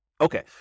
Okay